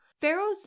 Pharaoh's